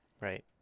Right